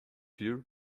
pure